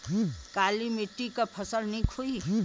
काली मिट्टी क फसल नीक होई?